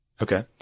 okay